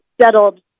settled